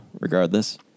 regardless